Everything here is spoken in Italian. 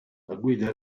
guida